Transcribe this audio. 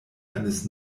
eines